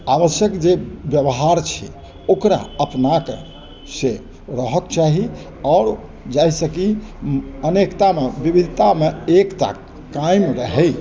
आवश्यक जे बेवहार छै ओकरा अपनाकऽ से रहैके चाही आओर जाहिसँकि अनेकतामे विविधतामे एकता कायम रहै